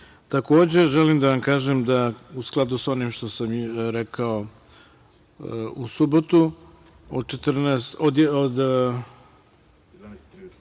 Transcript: danu. Takođe, želim da vam kažem da u skladu sa onim što sam i rekao u subotu od 14,00